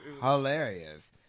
hilarious